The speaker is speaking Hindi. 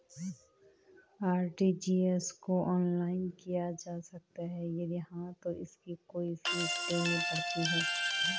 आर.टी.जी.एस को ऑनलाइन किया जा सकता है यदि हाँ तो इसकी कोई फीस देनी पड़ती है?